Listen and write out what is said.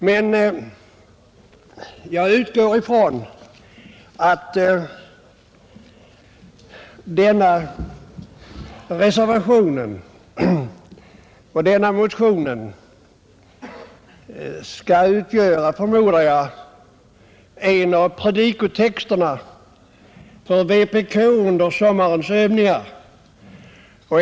Men jag utgår ifrån att denna reservation och motion skall utgöra en av predikotexterna för vpk under sommarens övningar.